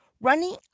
running